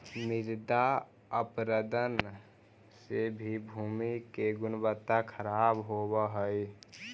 मृदा अपरदन से भी भूमि की गुणवत्ता खराब होव हई